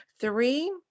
Three